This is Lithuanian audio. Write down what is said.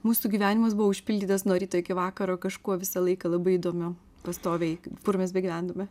mūsų gyvenimas buvo užpildytas nuo ryto iki vakaro kažkuo visą laiką labai įdomiu pastoviai kur mes begyventume